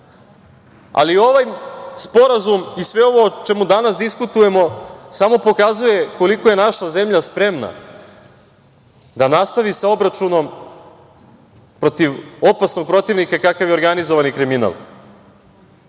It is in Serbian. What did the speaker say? Evrope. Ovaj Sporazum i sve ovo o čemu danas diskutujemo samo pokazuje koliko je naša zemlja spremna da nastavi sa obračunom protiv opasnog protivnika kakav je organizovani kriminal.poštovana